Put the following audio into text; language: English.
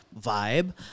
vibe